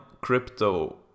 crypto